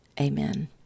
amen